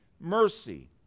mercy